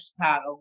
Chicago